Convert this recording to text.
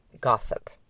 gossip